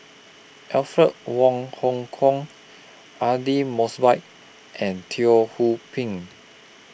Alfred Wong Hong Kwok Aidli Mosbit and Teo Ho Pin